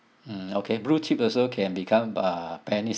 mm okay blue chip also can become uh